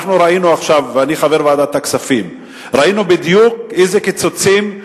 אני חבר ועדת הכספים, ראינו בדיוק איזה קיצוצים,